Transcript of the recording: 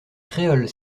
créole